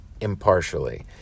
impartially